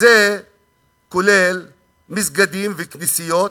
זה כולל מסגדים וכנסיות,